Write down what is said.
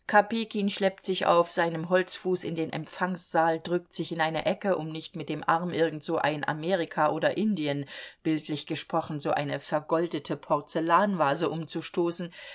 kopejkin schleppt sich auf seinem holzfuß in den empfangssaal drückt sich in eine ecke um nicht mit dem arm irgendso ein amerika oder indien bildlich gesprochen so eine vergoldete porzellanvase umzustoßen